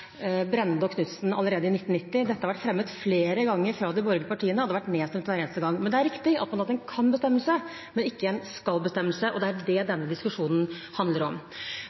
og Knutzen allerede i 1990. Dette har vært fremmet flere ganger av de borgerlige partiene, og det har blitt nedstemt hver eneste gang. Men det er riktig at det er en kan-bestemmelse, ikke en skal-bestemmelse, og det er det denne diskusjonen handler om.